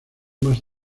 más